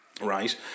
Right